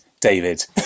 David